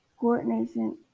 coordination